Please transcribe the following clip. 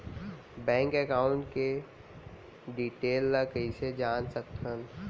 Bank account के detail ल कइसे जान सकथन?